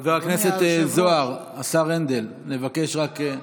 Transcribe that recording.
חבר הכנסת זוהר, השר הנדל, נבקש רק,